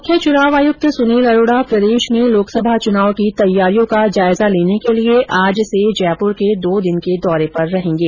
मुख्य चुनाव आयुक्त सुनील अरोडा प्रदेश में लोकसभा चुनाव की तैयारियों का जायजा लेने के लिये आज से जयपुर के दो दिन के दौरे पर रहेंगे